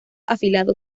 afilado